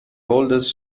oldest